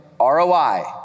ROI